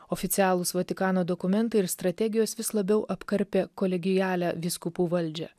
oficialūs vatikano dokumentai ir strategijos vis labiau apkarpė kolegialią vyskupų valdžią